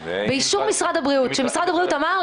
שמשרד הבריאות אמר,